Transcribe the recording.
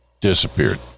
disappeared